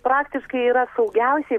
praktiškai yra saugiausiai